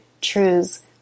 truths